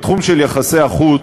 בתחום של יחסי החוץ,